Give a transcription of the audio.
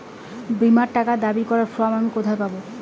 বীমার টাকা দাবি করার ফর্ম আমি কোথায় পাব?